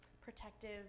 protective